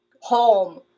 home